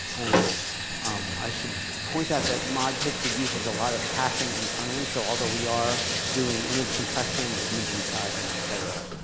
and um i should point that that mod pagespeed uses a lot of caching internally. so although we are doing image compression and image resizing, et cetera,